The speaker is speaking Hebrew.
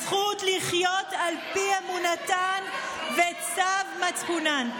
הזכות לחיות על פי אמונתן וצו מצפונן.